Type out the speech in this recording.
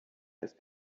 ist